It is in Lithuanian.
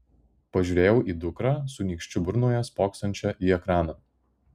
pažiūrėjau į dukrą su nykščiu burnoje spoksančią į ekraną